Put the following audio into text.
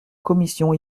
commission